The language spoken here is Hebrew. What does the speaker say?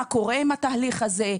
מה קורה עם התהליך הזה,